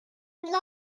admire